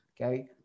okay